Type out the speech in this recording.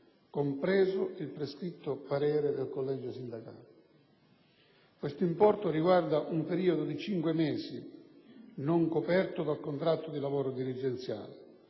compreso il prescritto parere del collegio sindacale. Questo importo riguarda un periodo di cinque mesi non coperto dal contratto di lavoro dirigenziale,